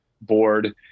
board